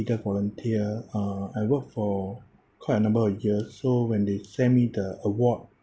leader volunteer uh I work for quite a number of years so when they send me the award